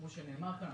כמו שנאמר כאן,